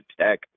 Tech